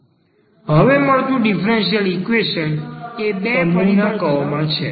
હવે મળતું differential equation એ બે પરિબળ ધરાવતા સમૂહના કર્વમાં છે